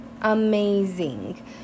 amazing